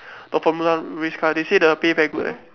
the formula race car they say the pay very good eh